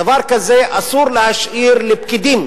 דבר כזה אסור להשאיר לפקידים